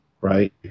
right